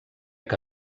que